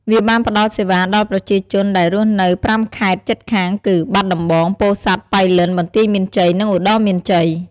វាបានផ្ដល់សេវាដល់ប្រជាជនដែលរស់នៅ៥ខេត្តជិតខាងគឺ បាត់ដំបង ពោធិ៍សាត់ ប៉ៃលិន បន្ទាយមានជ័យ និង ឧត្តរមានជ័យ។